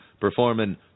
performing